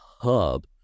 hub